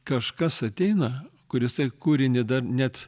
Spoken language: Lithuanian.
kažkas ateina kur isai kūrinį dar net